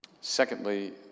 Secondly